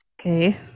okay